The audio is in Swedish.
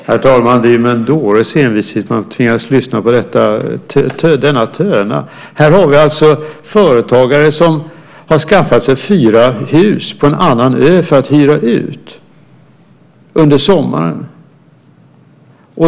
Herr talman! Det är med en dåres envishet man tvingas lyssna på detta. Här har vi alltså företagare som har skaffat sig fyra hus på en ö för att hyra ut dem under sommaren.